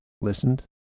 Listened